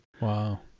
Wow